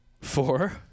Four